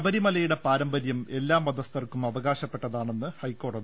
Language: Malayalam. ശബരിമലയുടെ പാരമ്പര്യം എല്ലാ മതസ്ഥർക്കും അവകാശ പ്പെട്ടതാണെന്ന് ഹൈക്കോടതി